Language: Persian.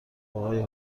آقای